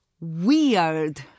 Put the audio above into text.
Weird